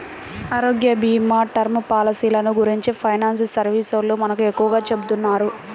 ఆరోగ్యభీమా, టర్మ్ పాలసీలను గురించి ఫైనాన్స్ సర్వీసోల్లు మనకు ఎక్కువగా చెబుతున్నారు